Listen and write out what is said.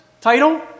title